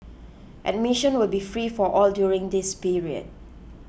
admission will be free for all during this period